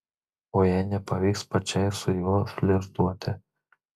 o jei nepavyks pačiai su juo flirtuoti